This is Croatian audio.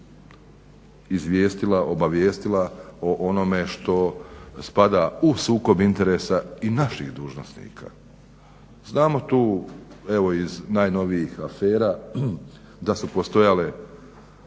izvijestila, obavijestila o onome što spada u sukob interesa i naših dužnosnika. Znamo tu evo iz najnovijih afera da su postojale